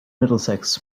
middlesex